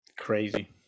crazy